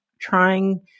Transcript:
trying